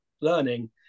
learning